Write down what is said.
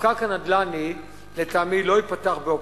הפקק הנדל"ני, לטעמי, לא התפתח בהוקוס-פוקוס.